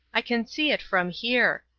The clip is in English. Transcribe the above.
i can see it from here.